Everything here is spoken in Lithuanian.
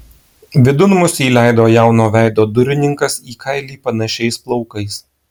vidun mus įleido jauno veido durininkas į kailį panašiais plaukais